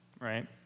right